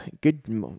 good